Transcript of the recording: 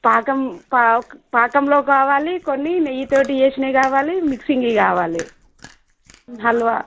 పాకం పాకంలో కావాలి కొన్ని నెయ్యితోటి చేసినవి కావాలి మిక్సింగ్ కావాలి హల్వా